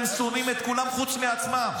הם שונאים את כולם חוץ מעצמם.